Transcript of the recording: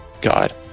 God